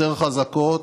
יותר חזקות,